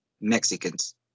Mexicans